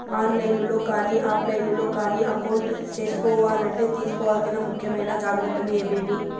On line లో కానీ offline లో కానీ అకౌంట్ సేసుకోవాలంటే తీసుకోవాల్సిన ముఖ్యమైన జాగ్రత్తలు ఏమేమి?